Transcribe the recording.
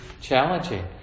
challenging